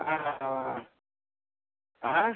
ஆ